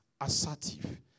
assertive